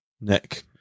Nick